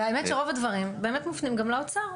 והאמת שרוב הדברים באמת מופנים גם לאוצר.